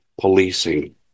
policing